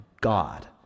God